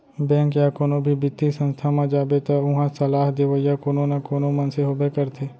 bank या कोनो भी बित्तीय संस्था म जाबे त उहां सलाह देवइया कोनो न कोनो मनसे होबे करथे